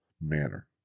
manner